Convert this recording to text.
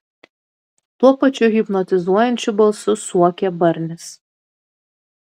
tuo pačiu hipnotizuojančiu balsu suokė barnis